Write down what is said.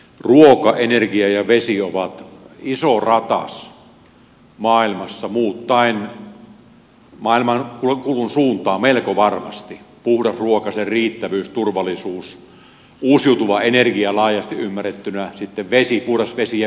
ruoka energia ja vesi ovat iso ratas maailmassa muuttaen maailman kulun suuntaa melko varmasti puhdas ruoka sen riittävyys turvallisuus uusiutuva energia laajasti ymmärrettynä puhdas vesi ja vesiosaaminen